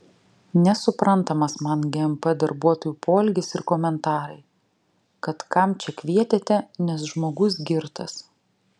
nesuprantamas man gmp darbuotojų poelgis ir komentarai kad kam čia kvietėte nes žmogus girtas